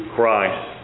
Christ